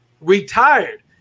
retired